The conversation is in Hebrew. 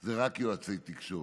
זה רק יועצי תקשורת.